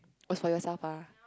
was for yourself ah